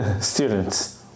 students